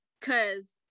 Cause